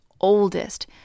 oldest